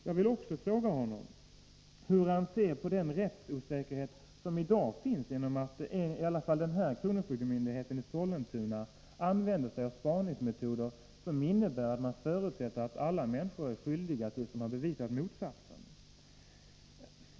Jag vill också fråga hur finansministern ser på den rättsosäkerhet som i dag finns, genom att i alla fall denna kronofogdemyndighet i Sollentuna använder sig av spaningsmetoder som innebär att man förutsätter att alla människor är skyldiga tills motsatsen har bevisats.